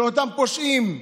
שאותם פושעים,